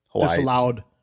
disallowed